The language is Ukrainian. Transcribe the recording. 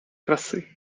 краси